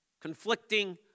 conflicting